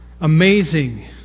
amazing